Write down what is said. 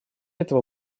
этого